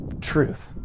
truth